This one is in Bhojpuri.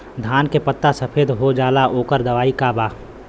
धान के पत्ता सफेद हो जाला ओकर दवाई का बा?